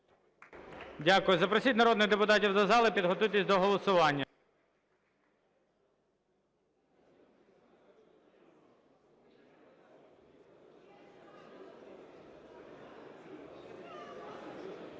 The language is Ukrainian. Дякую. Запросіть народних депутатів до зали. Підготуйтесь до голосування.